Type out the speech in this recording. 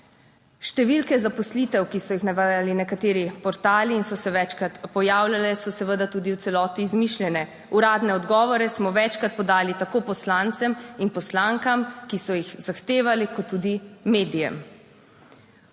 Številke zaposlitev, ki so jih navajali nekateri portali in so se večkrat pojavljale, so seveda tudi v celoti izmišljene. Uradne odgovore smo večkrat podali tako poslancem in poslankam, ki so jih zahtevali, kot tudi medijem.